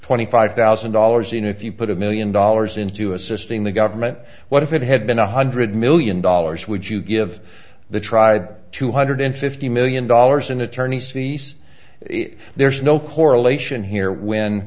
twenty five thousand dollars and if you put a million dollars into assisting the government what if it had been one hundred million dollars would you give the tried two hundred fifty million dollars in attorneys fees if there's no correlation here when